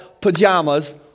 pajamas